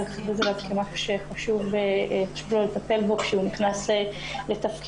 הכריז עליו כמשהו שחשוב לו לטפל בו עת הוא נכנס לתפקידו,